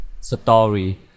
story